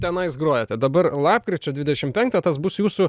tenais grojate dabar lapkričio dvidešim penktą tas bus jūsų